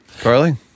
Carly